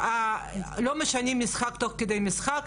לא משנים משחק תוך כדי משחק,